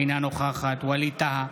אינה נוכחת ווליד טאהא,